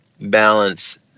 balance